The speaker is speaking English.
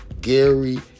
Gary